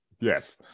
Yes